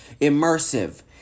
immersive